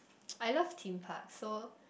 I love theme parks so